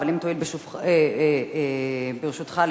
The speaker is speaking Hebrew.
ברשותך,